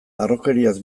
harrokeriaz